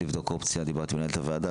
דיברתי עם מנהלת הוועדה,